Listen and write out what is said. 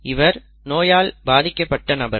இவர் நோயால் பாதிக்கப்பட்ட நபர்